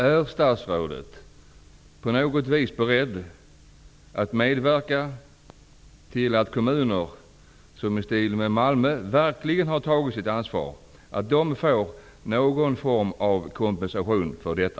Är statsrådet beredd att på något vis medverka till att de kommuner som, i likhet med Malmö, verkligen har tagit sitt ansvar, får någon form av kompensation för detta?